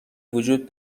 وجود